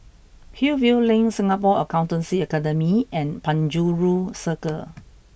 Hillview Link Singapore Accountancy Academy and Penjuru Circle